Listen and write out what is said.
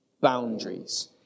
boundaries